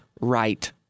right